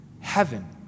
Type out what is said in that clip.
heaven